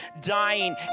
dying